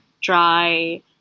dry